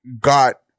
got